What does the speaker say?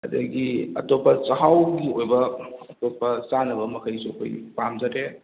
ꯑꯗꯒꯤ ꯑꯇꯣꯞꯄ ꯆꯍꯥꯎꯒꯤ ꯑꯣꯏꯕ ꯑꯇꯣꯞꯄ ꯆꯥꯅꯕ ꯃꯈꯩꯁꯨ ꯑꯩꯈꯣꯏ ꯄꯥꯝꯖꯔꯦ